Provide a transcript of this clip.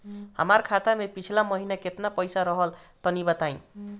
हमार खाता मे पिछला महीना केतना पईसा रहल ह तनि बताईं?